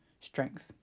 strength